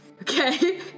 Okay